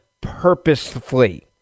purposefully